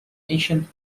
ancient